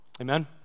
Amen